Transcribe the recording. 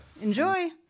Enjoy